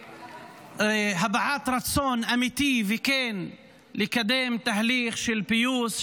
הבעת רצון אמיתי וכן לקדם תהליך של פיוס,